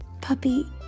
puppy